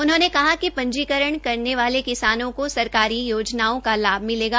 उन्होने कहा कि पंजीकरण करने वाले किसानों को सरकारी योजनाओं का लाभ मिलेगा